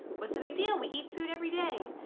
what's the big deal, we eat food every day!